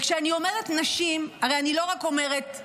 וכשאני אומרת נשים, הרי אני לא אומרת רק נשים,